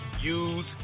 use